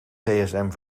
gsm